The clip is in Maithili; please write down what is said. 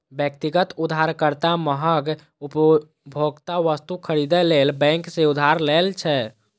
व्यक्तिगत उधारकर्ता महग उपभोक्ता वस्तु खरीदै लेल बैंक सं उधार लै छै